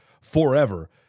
forever